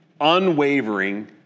unwavering